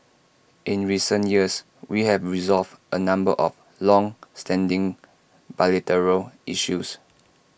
in recent years we have resolved A number of longstanding bilateral issues